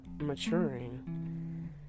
maturing